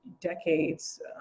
decades